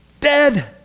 dead